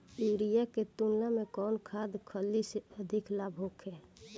Urea के तुलना में कौन खाध खल्ली से अधिक लाभ होखे?